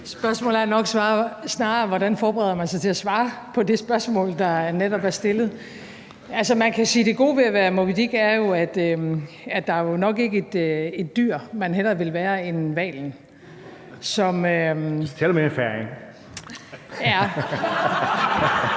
Spørgsmålet er nok snarere: Hvordan forbereder man sig til at svare på det spørgsmål, der netop er stillet? Man kan sige, at det gode ved at være Moby Dick er, at der jo nok ikke er et dyr, man hellere ville være end hvalen ... (Sjúrður